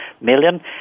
million